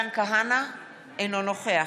אינו נוכח